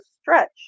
stretch